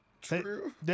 true